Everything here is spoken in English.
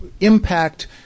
impact